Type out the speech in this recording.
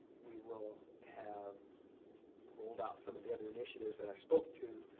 we will have rolled out some of the other initiatives that i spoke to,